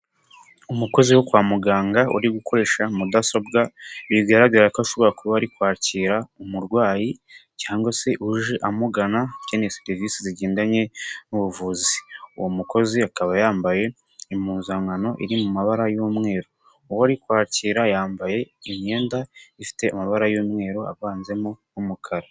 Umukozi wo kwa muganga uri gukoresha mudasobwa bigaragara ko ashobora kuba ari kwakira umurwayi, cyangwa se uje amugana ukeneye serivisi zigendanye n'ubuvuzi, uwo mukozi akaba yambaye impuzankano iri mu mabara y'umweru uwo ari kwakira yambaye imyenda ifite amabara y'umweru avanzemo n'umukara.